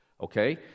okay